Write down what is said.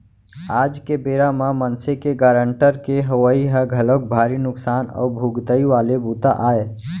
आज के बेरा म कोनो मनसे के गारंटर के होवई ह घलोक भारी नुकसान अउ भुगतई वाले बूता आय